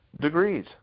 degrees